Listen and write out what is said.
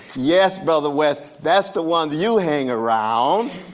yes, brother west, that's the ones you hang around.